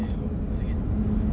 eh bro dah senget